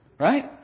Right